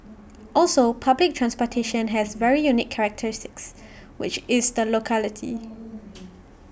also public transportation has very unique characteristics which is the locality